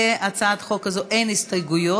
להצעת החוק הזאת אין הסתייגויות,